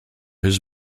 his